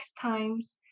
Times